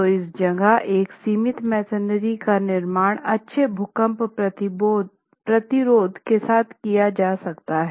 तो इस जगह एक सीमित मेसनरी का निर्माण अच्छे भूकंप प्रतिरोध के साथ किया जा सकता है